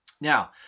Now